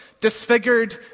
disfigured